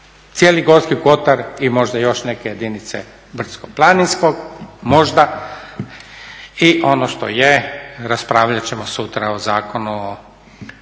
cijeli Gorski Kotar i možda još neke jedinice brdsko planinskog, možda i ono što je, raspravljat ćemo sutra o Zakonu